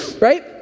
right